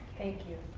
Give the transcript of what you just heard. thank you,